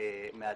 מיליארד.